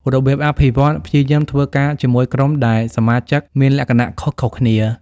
របៀបអភិវឌ្ឍន៍ ព្យាយាមធ្វើការជាមួយក្រុមដែលសមាជិកមានលក្ខណៈខុសៗគ្នា។